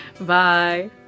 Bye